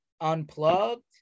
Unplugged